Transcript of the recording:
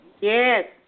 Yes